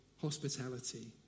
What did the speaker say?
hospitality